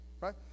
Right